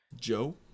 Joe